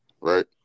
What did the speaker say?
right